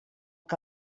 que